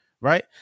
right